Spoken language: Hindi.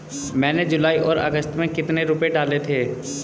मैंने जुलाई और अगस्त में कितने रुपये डाले थे?